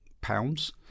pounds